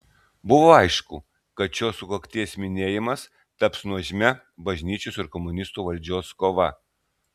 buvo aišku kad šios sukakties minėjimas taps nuožmia bažnyčios ir komunistų valdžios kova